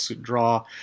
draw